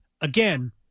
Again